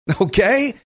Okay